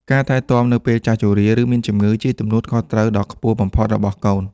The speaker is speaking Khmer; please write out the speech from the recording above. ការថែទាំនៅពេលចាស់ជរា ឬមានជម្ងឺជាទំនួលខុសត្រូវដ៏ខ្ពស់បំផុតរបស់កូន។